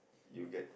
you get